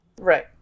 Right